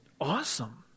Awesome